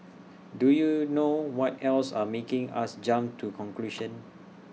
do you know what else are making us jump to conclusions